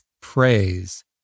praise